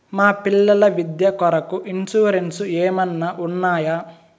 మా పిల్లల విద్య కొరకు ఇన్సూరెన్సు ఏమన్నా ఉన్నాయా?